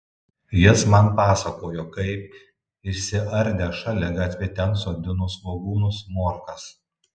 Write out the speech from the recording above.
jis man pasakojo kaip išsiardę šaligatvį ten sodino svogūnus morkas